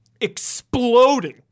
exploding